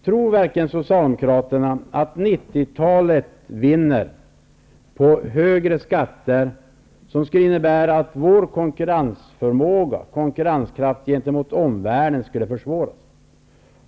Tror verkligen Socialdemokraterna att 90-talet vinner på högre skatter, som skulle innebära att vår konkurrensförmåga och konkurrenskraft gentemot omvärlden försvåras?